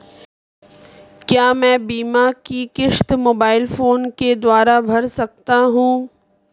क्या मैं बीमा की किश्त मोबाइल फोन के द्वारा भर सकता हूं?